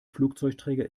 flugzeugträger